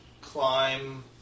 climb